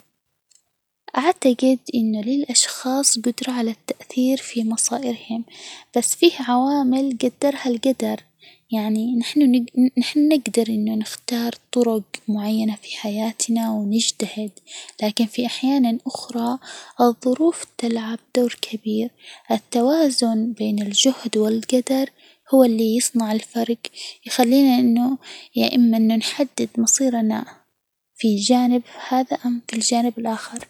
أعتجد إنه للأشخاص القدرة على التأثير في مصائرهم، بس في عوامل جدرها الجدر، يعني إحنا نجدر نحن نجدر إنه نختار طرج معينة في حياتنا، ونجتهد ، لكن في أحيان أخرى الظروف تلعب دور كبير، التوازن بين الجهد، والقدر هو اللي يصنع الفرج، يخلينا إنه يا إما نحدد مصيرنا إما في الجانب هذا أو في الجانب الآخر.